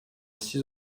six